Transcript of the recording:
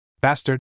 Bastard